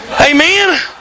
Amen